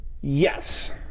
Yes